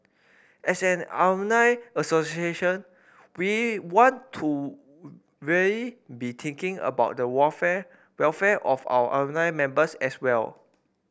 as an alumni association we want to really be thinking about the welfare welfare of our alumni members as well